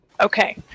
okay